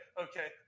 okay